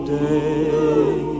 day